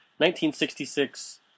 1966